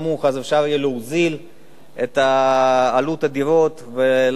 ואז יהיה אפשר להוזיל את עלות הדירות ולעשות